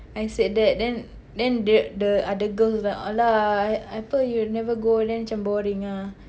I said that then then the the other girls they !alah! uh apa you never go then macam boring ah